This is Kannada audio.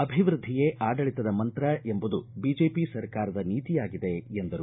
ಅಭಿವೃದ್ಧಿಯೇ ಆಡಳಿತದ ಮಂತ್ರ ಎಂಬುದು ಬಿಜೆಪಿ ಸರ್ಕಾರದ ನೀತಿಯಾಗಿದೆ ಎಂದರು